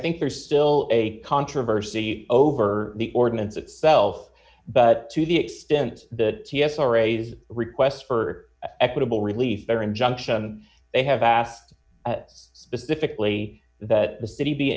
think there's still a controversy over the ordinance itself but to the extent that c s r raised requests for equitable relief or injunction they have asked specifically that the city be